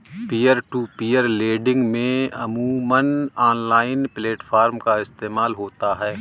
peer to peer lending में अमूमन online platform का इस्तेमाल होता है